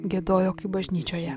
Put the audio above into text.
giedojo kaip bažnyčioje